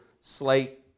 slate